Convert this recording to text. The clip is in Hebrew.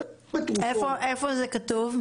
איפה זה כתוב?